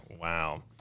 Wow